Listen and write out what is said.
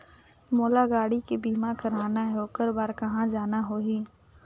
मोला गाड़ी के बीमा कराना हे ओकर बार कहा जाना होही?